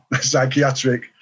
psychiatric